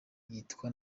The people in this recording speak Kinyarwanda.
yitwa